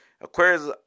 Aquarius